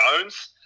Jones